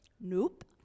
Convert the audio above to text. Nope